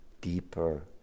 deeper